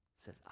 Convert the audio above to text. says